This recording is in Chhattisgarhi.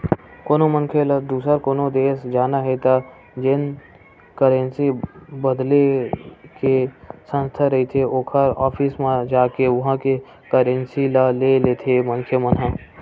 कोनो मनखे ल दुसर कोनो देस जाना हे त जेन करेंसी बदले के संस्था रहिथे ओखर ऑफिस म जाके उहाँ के करेंसी ल ले लेथे मनखे मन ह